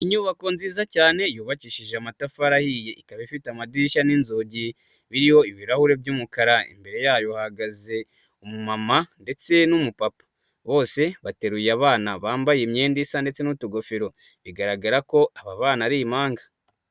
Inyubako nziza cyane yubakishije amatafari ahiye. Ikaba ifite amadirishya n'inzugi biriho ibirahure by'umukara. Imbere yayo hagaze umu mama ndetse n'umupapa bose bateruye abana bambaye imyenda isa ndetse n'utugofero. Bigaragara ko aba bana ari impanga.